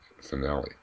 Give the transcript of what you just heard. finale